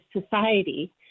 society